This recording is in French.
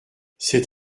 c’est